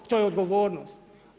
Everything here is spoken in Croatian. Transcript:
To je odgovornost.